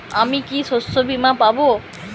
আমি কি শষ্যবীমা পাব?